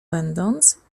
będąc